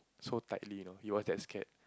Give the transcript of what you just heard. so tightly you know he was that scared